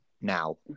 now